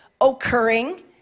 occurring